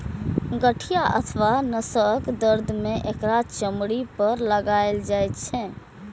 गठिया अथवा नसक दर्द मे एकरा चमड़ी पर लगाएल जाइ छै